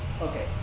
Okay